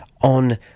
on